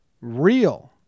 real